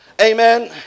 amen